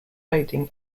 foreboding